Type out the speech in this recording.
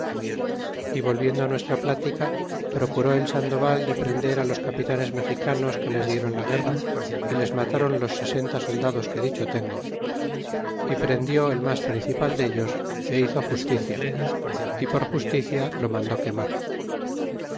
y volviendo nuestra plática procuró el sandoval de prender á los capitanes mexicanos que les dieron la guerra y les matáron los sesenta soldados que dicho tengo y prendió el mas principal dellos y hizo justicia y por justicia lo mandó quemar